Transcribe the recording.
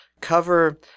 Cover